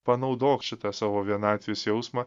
panaudok šitą savo vienatvės jausmą